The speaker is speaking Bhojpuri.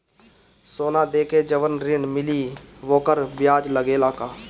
सोना देके जवन ऋण मिली वोकर ब्याज लगेला का?